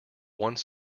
one